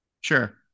Sure